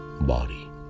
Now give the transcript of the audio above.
body